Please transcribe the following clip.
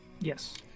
Yes